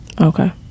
okay